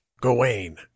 Gawain